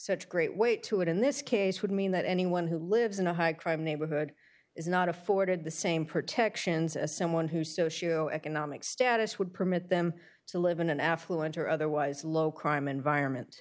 such great weight to it in this case would mean that anyone who lives in a high crime neighborhood is not afforded the same protections as someone who social economic status would permit them to live in an affluent or otherwise low crime environment